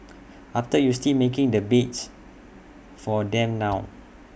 after you still making the beds for them now